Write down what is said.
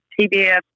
TBF